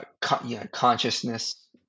consciousness